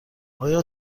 آیا